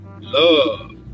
love